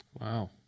Wow